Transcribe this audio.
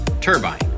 Turbine